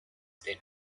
the